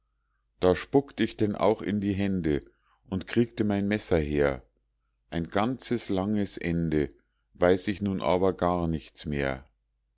da spuckt ich denn auch in die hände und kriegte mein messer her ein ganzes langes ende weiß ich nun aber gar nichts mehr